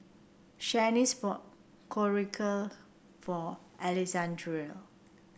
Shanice bought Korokke for Alexandrea